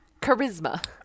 charisma